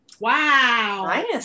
wow